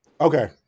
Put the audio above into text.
okay